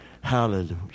Hallelujah